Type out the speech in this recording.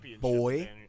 Boy